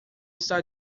está